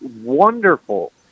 wonderful